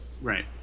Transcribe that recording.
Right